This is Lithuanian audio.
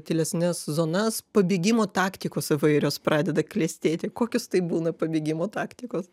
tylesnes zonas pabėgimo taktikos įvairios pradeda klestėti kokios tai būna pabėgimo taktikos